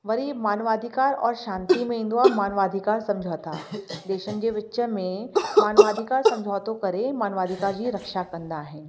वरी मानव अधिकार और शांति में ईंदो आहे मानव अधिकार समुझोता देशनि जे विच में मानव अधिकार समुझोतो करे मानव अधिकार जी रक्षा कंदा आहिनि